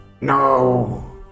no